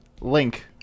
Link